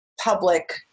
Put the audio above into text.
public